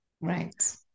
Right